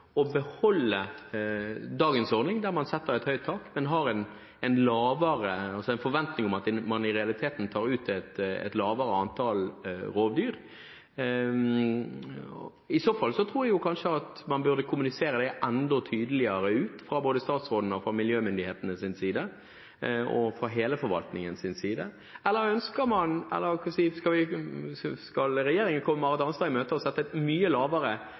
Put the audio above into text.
å beholde dagens ordning, der man setter et høyt tak, men har en forventning om at man i realiteten tar ut et lavere antall rovdyr? I så fall tror jeg kanskje at man burde kommunisere det enda tydeligere ut fra både statsråden og miljømyndighetenes side og fra hele forvaltningens side. Eller skal regjeringen komme Marit Arnstad i møte og sette et mye lavere